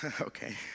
okay